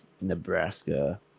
nebraska